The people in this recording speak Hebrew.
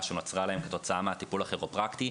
שנוצרה להן כתוצאה מהטיפול הכירופרקטי.